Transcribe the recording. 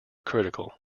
critical